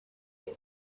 with